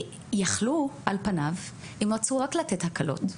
יכלו על פניו אם רצו רק לתת הקלות,